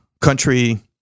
country